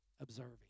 Observing